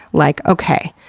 like, okay,